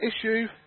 issue